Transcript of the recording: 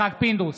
יצחק פינדרוס,